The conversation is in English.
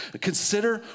Consider